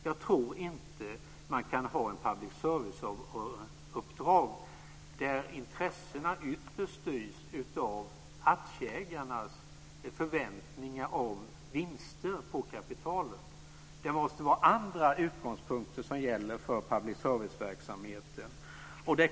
Jag tror inte att man kan ha ett public service-uppdrag där intressena ytterst styrs av aktieägarnas förväntningar på vinst på kapitalet. Det måste vara andra utgångspunkter som gäller för public service-verksamhet.